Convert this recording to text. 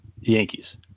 Yankees